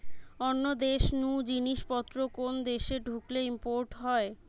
অন্য দেশ নু জিনিস পত্র কোন দেশে ঢুকলে ইম্পোর্ট হয়